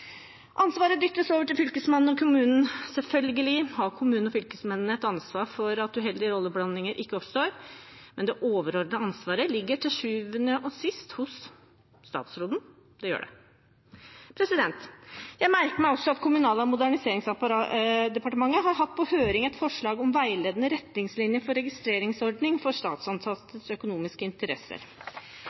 Ansvaret dyttes over til fylkesmannen og kommunene. Selvfølgelig har kommunene og fylkesmennene et ansvar for at uheldige rolleblandinger ikke oppstår, men det overordnete ansvaret ligger til syvende og sist hos statsråden – det gjør det. Jeg merker meg også at Kommunal- og moderniseringsdepartementet har hatt på høring et forslag om veiledende retningslinjer for registreringsordning for statsansattes økonomiske interesser.